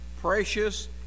precious